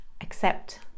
accept